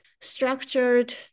structured